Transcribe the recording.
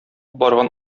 барган